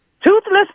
Toothless